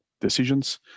decisions